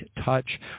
touch